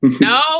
no